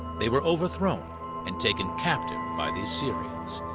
they were overthrown and taken captive by the assyrians.